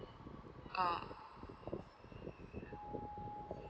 oh